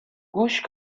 گوش